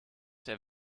der